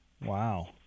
wow